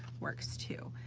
works too.